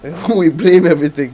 you know we blame everything